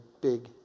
big